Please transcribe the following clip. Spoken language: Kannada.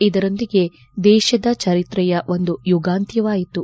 ಇದರೊಂದಿಗೆ ದೇಶದ ಚರಿತ್ರೆಯ ಒಂದು ಯುಗಾಂತ್ಲವಾಯಿತು